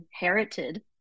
inherited